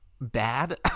bad